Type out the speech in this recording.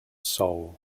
soul